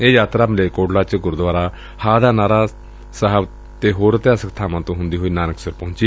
ਇਹ ਯਾਤਰਾ ਮਲੇਰਕੋਟਲਾ ਚ ਗੁਰਦੁਆਰਾ ਹਾਅ ਦਾ ਨਾਹਰਾ ਤੇ ਹੋਰ ਇਤਿਹਾਸਕ ਬਾਵਾਂ ਤੋਂ ਹੁੰਦੀ ਹੋਈ ਨਾਨਕਸਰ ਪਹੁੰਚੀ